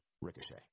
RICOCHET